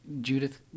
Judith